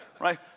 right